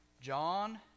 John